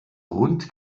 rund